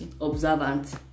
observant